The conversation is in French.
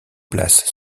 place